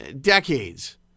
decades